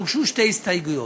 אבל הוגשו שתי הסתייגויות.